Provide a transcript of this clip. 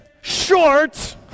short